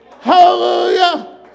Hallelujah